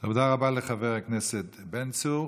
תודה רבה לחבר הכנסת בן צור.